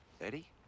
Eddie